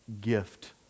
gift